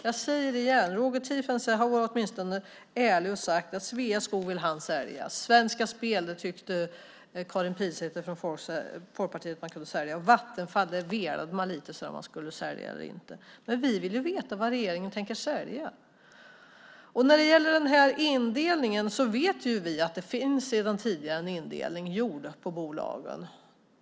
Jag säger det igen. Roger Tiefensee var åtminstone ärlig och sade att han vill sälja Sveaskog. Svenska Spel tyckte Karin Pilsäter från Folkpartiet att man kunde sälja. Vattenfall velade man lite grann om huruvida man skulle sälja eller inte. Men vi vill veta vad regeringen tänker sälja. Vi vet att det sedan tidigare finns en indelning av bolagen.